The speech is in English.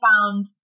found